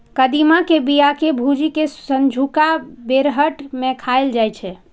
कदीमा के बिया कें भूजि कें संझुका बेरहट मे खाएल जाइ छै